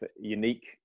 unique